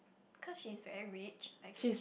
cause she is very rich I guess